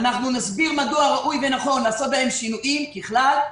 נסביר מדוע ראוי ונכון לעשות בהם שינויים ככלל,